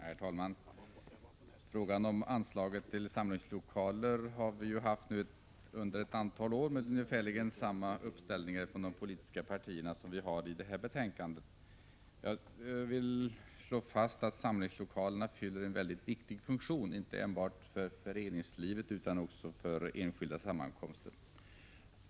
Herr talman! Anslaget till samlingslokaler har funnits under ett antal år, 17 april 1986 och vi har på denna punkt haft ungefär samma konstellationer av politiska partier som vad som är fallet i detta betänkande. Jag vill slå fast att samlingslokalerna fyller en mycket viktig funktion, inte enbart för föreningslivet utan också för enskilda sammankomster.